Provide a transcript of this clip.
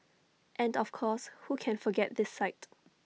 and of course who can forget this sight